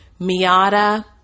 Miata